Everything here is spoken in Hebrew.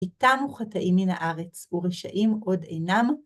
כי תמו חטאים מן הארץ ורשעים עוד אינם.